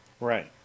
Right